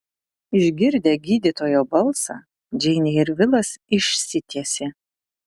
išgirdę gydytojo balsą džeinė ir vilas išsitiesė